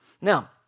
Now